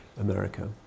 America